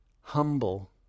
humble